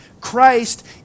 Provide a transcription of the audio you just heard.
Christ